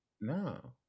No